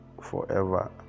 forever